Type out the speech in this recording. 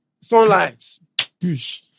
Sunlight